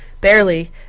barely